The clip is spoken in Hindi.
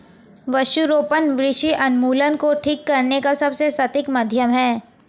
वृक्षारोपण वृक्ष उन्मूलन को ठीक करने का सबसे सटीक माध्यम है